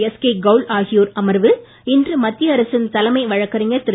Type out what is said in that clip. SK Kaul ஆகியோர் அடங்கிய அமர்வு இன்று மத்திய அரசின் தலைமை வழக்கறிஞர் திரு